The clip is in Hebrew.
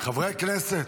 חברי הכנסת,